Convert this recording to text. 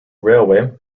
railway